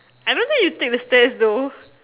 I don't think you take the stairs though